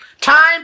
Time